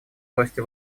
росте